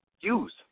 use